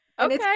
Okay